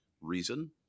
reason